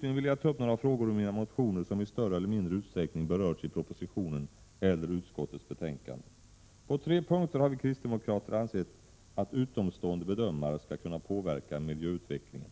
Jag vill ta upp några frågor ur mina motioner, som i större eller mindre utsträckning berörts i propositionen eller i utskottets betänkande. På tre punkter har vi kristdemokrater ansett att utomstående bedömare skall kunna påverka miljöutvecklingen.